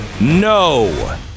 No